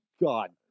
God